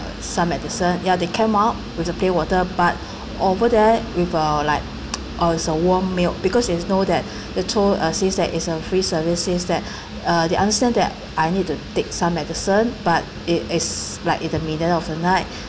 some medicine ya they came up with a plain water but over there with uh like uh it's uh warm milk because they know that they told uh since that it's a free services says that uh they understand that I need to take some medicine but it is like in the middle of the night